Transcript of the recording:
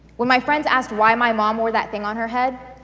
when my friends asked why my mom wore that thing on her head,